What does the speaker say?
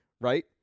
Right